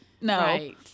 no